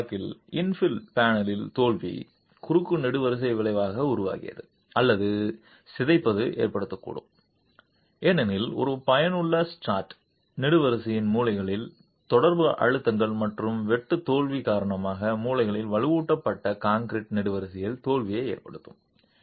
முந்தைய வழக்கில் இன்ஃபில் பேனலின் தோல்வி குறுகிய நெடுவரிசை விளைவை உருவாக்கியது அல்லது சிதைப்பது ஏற்படக்கூடும் ஏனெனில் ஒரு பயனுள்ள ஸ்ட்ரட் நெடுவரிசையின் மூலைகளில் தொடர்பு அழுத்தங்கள் மற்றும் வெட்டு தோல்வி காரணமாக மூலைகளில் வலுவூட்டப்பட்ட கான்கிரீட் நெடுவரிசையில் தோல்வியை ஏற்படுத்தும்